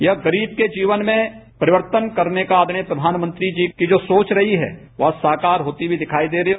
यह गरीब के जीवन में परिवर्तन करने का आदरणीय प्रधानमंत्री जी की जा सोच रही है वह साकार होती हुई दिखाई दे रही है